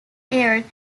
aired